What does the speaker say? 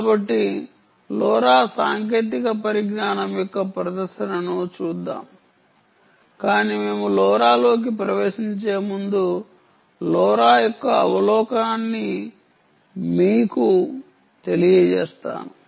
కాబట్టి లోరా సాంకేతిక పరిజ్ఞానం యొక్క ప్రదర్శనను చేద్దాం కాని మేము లోరాలోకి ప్రవేశించే ముందు లోరా యొక్క అవలోకనాన్ని మీకు తెలియజేస్తాను